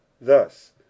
Thus